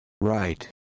right